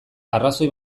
arrazoi